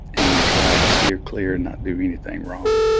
and you tried to steer clear and not doing anything wrong.